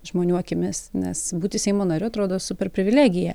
žmonių akimis nes būti seimo nariu atrodo super privilegija